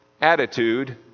attitude